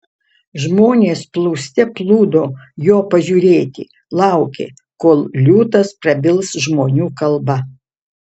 žmonės plūste plūdo jo pažiūrėti laukė kol liūtas prabils žmonių kalba